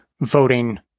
voting